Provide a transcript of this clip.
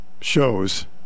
shows